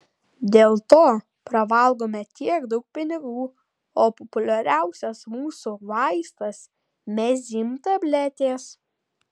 dėl to pravalgome tiek daug pinigų o populiariausias mūsų vaistas mezym tabletės